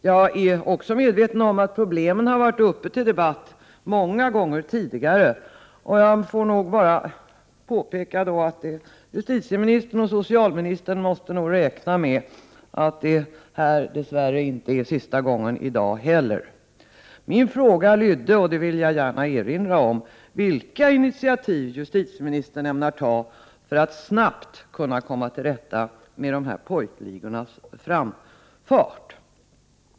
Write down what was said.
Jag är medveten om att problemen har varit uppe till debatt många gånger tidigare. Jag får nog påpeka att justitieministern och socialministern måste räkna med att det dess värre inte är sista gången i dag heller. Min fråga lydde — det vill jag gärna erinra om: Vilka initiativ avser justitieministern att vidtaga för att snabbt kunna komma till rätta med problemen med pojkligors framfart?